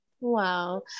Wow